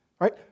right